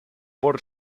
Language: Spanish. por